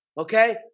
Okay